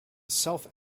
self